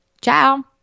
Ciao